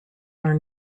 are